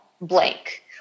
blank